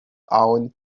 own